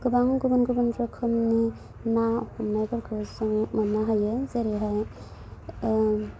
गोबां गुबुन गुबुन रोखोमनि ना हमनायफोरखौ जों मोन्नो हायो जेरैहाय